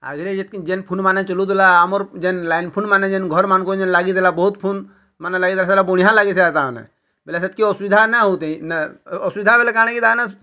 ଆଗରେ ଯେତ୍କି ଯେନ୍ ଫୁନ୍ମାନେ ଚଲୁଥିଲା ଆମର ଯେନ୍ ଲାଇନ୍ ଫୁନ୍ମାନେ ଯେନ୍ ଘରମାନଙ୍କୁ ଲାଗି ଥିଲା ବହୁତ୍ ଫୁନ୍ମାନେ ଲାଗିଲା ସେଇଟା ବଢ଼ିଆ ଲାଗି ଥିଲା ତା'ମାନେ ବୋଲେ ସେତ୍କି ଅସୁବିଧା ନା ହଉଥାଏ ନା ଅସୁବିଧା ବୋଲେ କାଁଣ କି ମାନେ